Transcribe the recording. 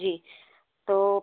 जी तो